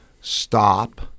stop